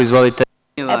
Izvolite.